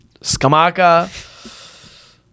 Skamaka